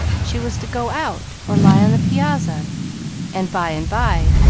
she was to go out, or lie on the piazza and by and by,